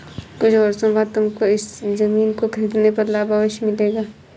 कुछ वर्षों बाद तुमको इस ज़मीन को खरीदने पर लाभ अवश्य मिलेगा